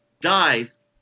dies